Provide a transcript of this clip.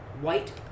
white